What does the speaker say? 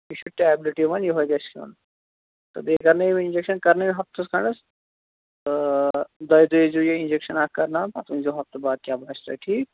یہِ چھُ ٹیبلِٹ یِوان یوٚہَے گَژھِ کھیٚون تہٕ بیٚیہِ کَرنٲوِو اِنٛجَکشَن کَرنٲوِو ہَفتَس کھَنٛڈس تہٕ دویہِ دوہۍ ییٖزیٚو یہِ اِنٛجَکشَن اَکھ کَرناوان پَتہٕ ؤنۍزیٚو ہَفتہٕ باد کیٛاہ باسہِ تۄہہِ ٹھیٖک